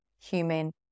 human